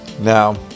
Now